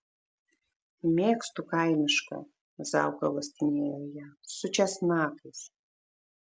mėgstu kaimišką zauka uostinėjo ją su česnakais